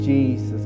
Jesus